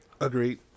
Agreed